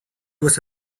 was